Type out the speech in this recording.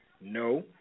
No